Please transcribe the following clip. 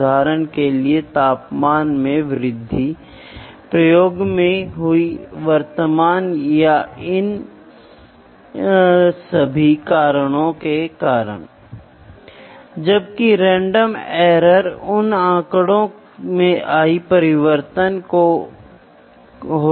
उदाहरण के लिए जब आप डॉक्टर के पास जाने की कोशिश करते हैं और यदि आप अपने रक्तचाप के लिए माप करना चाहते हैं तो सामान्य सलाह यह है कि आपको डॉक्टर के पास जाना है लेटना है आराम करना है या 5 से 10 मिनट के लिए विश्राम करना है और फिर माप लेना शुरू करें